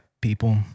people